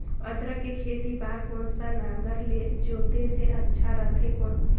अदरक के खेती बार कोन सा नागर ले जोते ले अच्छा रथे कौन?